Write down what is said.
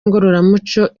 ngororamuco